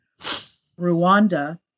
Rwanda